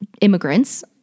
immigrants